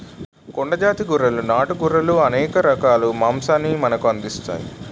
కొండ జాతి గొర్రెలు నాటు గొర్రెలు అనేక రకాలుగా మాంసాన్ని మనకు అందిస్తాయి